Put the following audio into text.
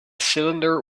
cylinder